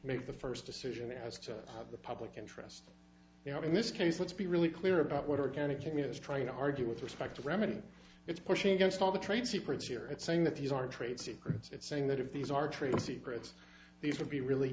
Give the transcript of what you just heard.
made the first decision it has to have the public interest you know in this case let's be really clear about what organic community trying to argue with respect to remedy it's pushing against all the trade secrets here and saying that these are trade secrets it's saying that if these are trade secrets these would be really